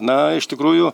na iš tikrųjų